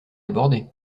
débordés